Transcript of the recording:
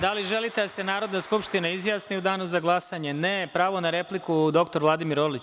Da li želite da se Narodna skupština izjasni u danu za glasanje? (Ne.) Pravo na repliku dr Vladimir Orlić.